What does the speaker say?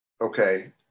Okay